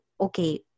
okay